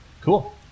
Cool